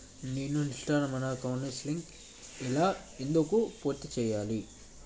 నేను నిష్క్రమణ కౌన్సెలింగ్ ఎలా ఎందుకు పూర్తి చేయాలి?